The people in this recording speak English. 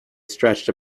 stretched